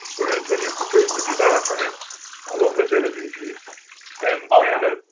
whereas when you breathe from the diaphragm a lot less energy is used. and ah and